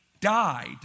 died